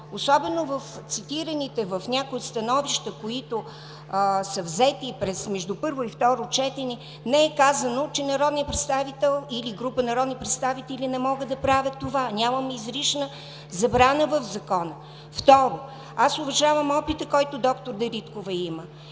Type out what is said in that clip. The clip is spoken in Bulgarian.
особено в цитираните становища, които са взети между първо и второ четене, не е казано, че народният представител или група народни представители не могат да правят това. Нямаме изрична забрана в закона. Трето, уважавам опита, който доктор Дариткова има.